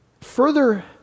further